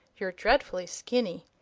you're dreadfully skinny.